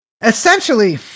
essentially